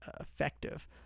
effective